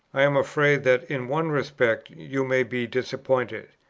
i am afraid, that in one respect you may be disappointed.